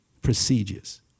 procedures